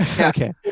Okay